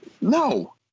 No